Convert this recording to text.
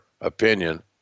opinion